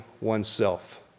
oneself